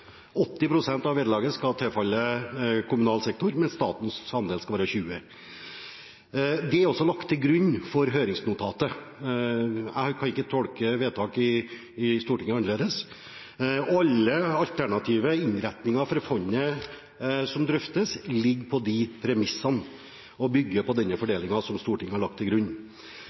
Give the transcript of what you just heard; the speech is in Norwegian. av vederlaget skal tilfalle kommunal sektor, mens statens andel skal være 20 pst. Dette er lagt til grunn for høringsnotatet. Jeg kan ikke tolke vedtaket i Stortinget annerledes. Alle alternative innretninger for fondet som drøftes